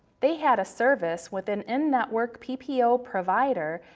they had a service with an in-network ppo ppo provider,